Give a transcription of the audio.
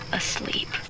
asleep